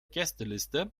gästeliste